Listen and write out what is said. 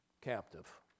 captive